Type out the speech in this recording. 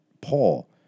Paul